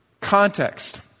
context